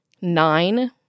nine